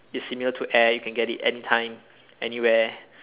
it's similar to air you can get it any time anywhere